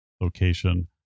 location